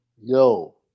yo